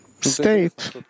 state